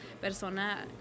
persona